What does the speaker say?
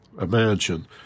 Imagine